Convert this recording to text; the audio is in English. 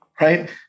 right